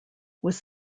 was